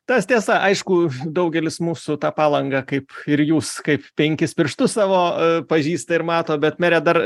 tas tiesa aišku daugelis mūsų tą palangą kaip ir jūs kaip penkis pirštus savo pažįsta ir mato bet mere dar